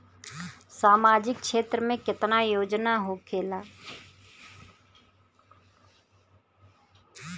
सामाजिक क्षेत्र में केतना योजना होखेला?